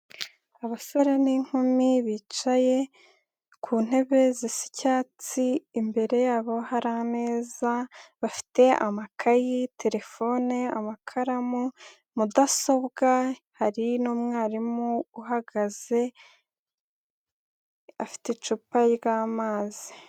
Abasore n'inkumi bicaye ku ntebe zisa icyatsi, imbere yabo hari ameza, bafite amakayeyi, terefone, amakaramu, mudasobwa, hari n'umwarimu uhagaze afite icupa ry'amazi.